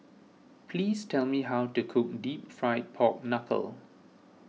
please tell me how to cook Deep Fried Pork Knuckle